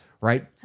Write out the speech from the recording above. right